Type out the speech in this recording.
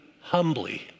Humbly